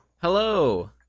hello